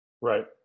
Right